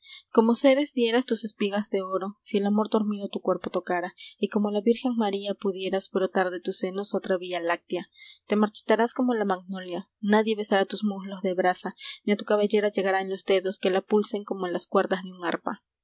como ceres dieras tus espigas de oro si el amor dormido tu cuerpo tocara y como la virgen maría pudieras brotar de tus senos otra vía láctea te marchitarás como la magnolia nadie besará tus muslos de brasa ni a tu cabellera llegarán los dedos que la pulsen como las cuerdas de un arpa